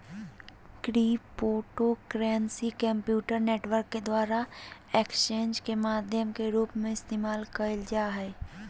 cryptocurrency computer network के द्वारा exchanges के माध्यम के रूप में इस्तेमाल कइल जा हइ